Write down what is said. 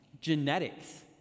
Genetics